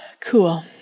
cool